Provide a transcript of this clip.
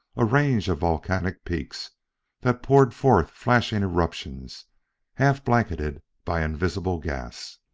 a range of volcanic peaks that poured forth flashing eruptions half-blanketed by invisible gas.